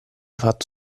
fatto